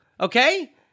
Okay